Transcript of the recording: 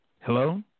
Hello